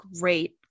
great